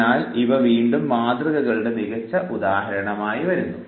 അതിനാൽ ഇവ വീണ്ടും മാതൃകകളുടെ മികച്ച ഉദാഹരണമായി വരുന്നു